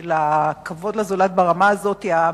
של כבוד לזולת ברמה הזאת,